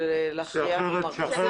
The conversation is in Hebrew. בבקשה?